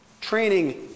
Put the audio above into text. training